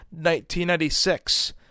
1996